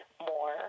more